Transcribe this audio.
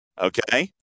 Okay